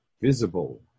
visible